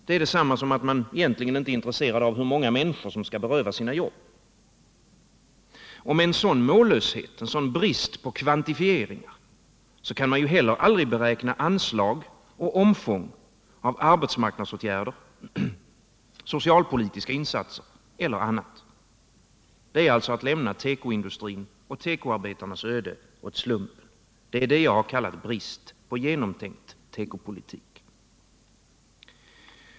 Det är egentligen detsamma som att man inte är intresserad av hur många människor som skall berövas sina jobb. Med en sådan mållöshet, med en sådan brist på kvantifieringar, kan man ju heller aldrig beräkna anslag och omfånget av arbetsmarknadsåtgärder, socialpolitiska insatser eller annat. Det är att lämna tekoindustrins och tekoarbetarnas öde åt slumpen. Det är det jag har kallat brist på tekopolitik.